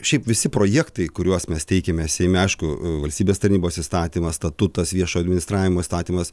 šiaip visi projektai kuriuos mes teikiame seime aišku valstybės tarnybos įstatymas statutas viešo administravimo įstatymas